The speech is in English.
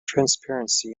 transparency